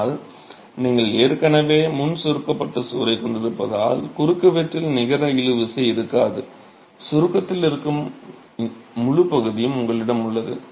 ஆனால் நீங்கள் ஏற்கனவே முன் சுருக்கப்பட்ட சுவரைக் கொண்டிருப்பதால் குறுக்குவெட்டில் நிகர இழுவிசை இருக்காது சுருக்கத்தில் இருக்கும் முழுப் பகுதியும் உங்களிடம் உள்ளது